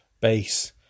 base